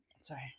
sorry